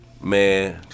Man